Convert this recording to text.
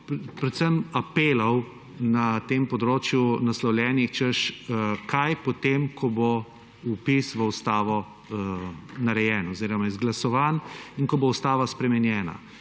predvsem apelov na tem področju naslovljenih, češ, kaj potem, ko bo vpis v ustavo narejen oziroma izglasovan in ko bo ustava spremenjena.